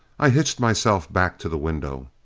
i hitched myself back to the window.